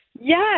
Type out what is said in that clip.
Yes